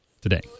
today